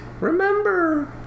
remember